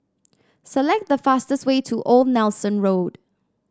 select the fastest way to Old Nelson Road